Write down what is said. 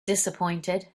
disappointed